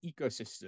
ecosystem